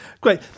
Great